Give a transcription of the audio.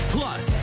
Plus